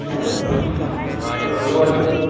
چلو چلو چلو یور گژھِ